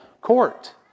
court